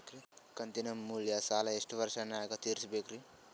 ಕಂತಿನ ಮ್ಯಾಲ ಸಾಲಾ ಎಷ್ಟ ವರ್ಷ ನ್ಯಾಗ ತೀರಸ ಬೇಕ್ರಿ?